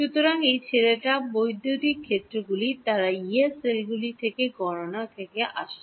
সুতরাং এই ছেলেরা বৈদ্যুতিক ক্ষেত্রগুলি তারা ইয়ে সেলগুলি থেকে গণনা থেকে আসছে